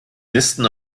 nisten